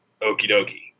okie-dokie